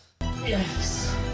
Yes